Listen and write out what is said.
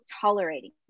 tolerating